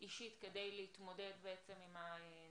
אישית כדי להתמודד עם הנגיף.